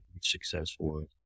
successful